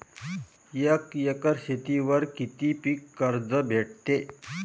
एक एकर शेतीवर किती पीक कर्ज भेटते?